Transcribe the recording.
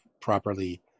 properly